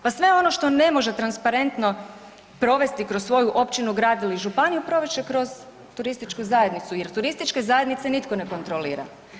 Pa sve ono što ne može transparentno provesti kroz svoju općinu, grad ili županiju provest će kroz turističku zajednicu jer turističke zajednice nitko ne kontrolira.